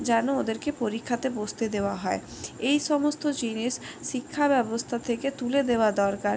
যেন ওদেরকে পরীক্ষাতে বসতে দেওয়া হয় এই সমস্ত জিনিস শিক্ষা ব্যবস্থা থেকে তুলে দেওয়া দরকার